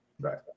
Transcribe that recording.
right